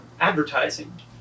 advertising